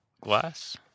glass